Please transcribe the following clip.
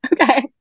Okay